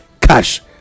cash